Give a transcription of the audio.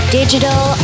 digital